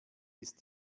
ist